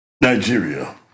Nigeria